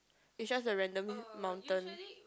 is just a random mountain